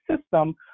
system